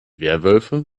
werwölfe